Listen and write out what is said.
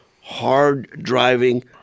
hard-driving